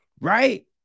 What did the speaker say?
right